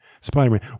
Spider-Man